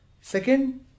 second